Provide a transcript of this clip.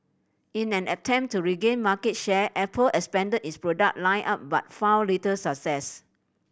in an attempt to regain market share Apple expanded its product line up but found little success